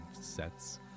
sets